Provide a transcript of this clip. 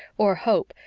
or hope,